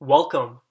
Welcome